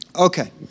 Okay